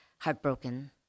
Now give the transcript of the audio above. Heartbroken